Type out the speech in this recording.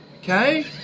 okay